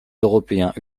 européens